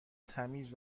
تمیز